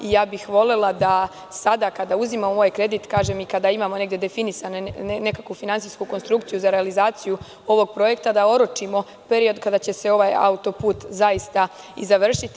Volela bih da sada kada uzimamo ovaj kredit, kažem, i kada imamo negde definisanu neku finansijsku konstrukciju za realizaciju ovog projekta, da oročimo period kada će se ovaj autoput zaista i završiti.